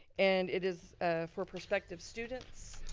and it is for prospective students,